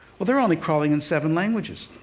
well, they're only crawling in seven languages.